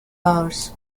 hours